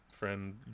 friend